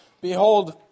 Behold